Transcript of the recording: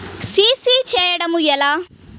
CC చేయడము ఎలా?